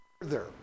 further